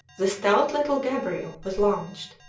the stout little gabriel was launched,